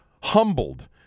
humbled